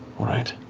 right.